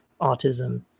autism